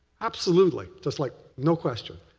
absolutely. just like no question.